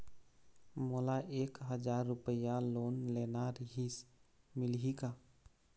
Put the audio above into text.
मोला एक हजार रुपया लोन लेना रीहिस, मिलही का?